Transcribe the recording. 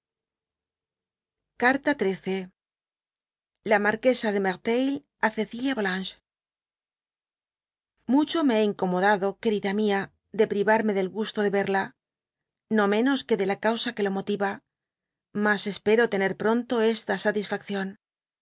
carta xiii la marquesa de merteuil á cecilia volanges imircho me he incomodado querida mia de privarme del gusto de verla no menos que dby google de la causa que lo motiva mas espero tener pronto esta